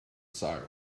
siren